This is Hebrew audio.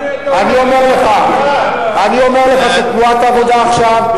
אני אומר לך שתנועת העבודה עכשיו,